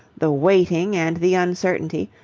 the waiting and the uncertainty,